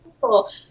cool